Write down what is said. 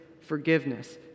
forgiveness